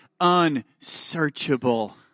unsearchable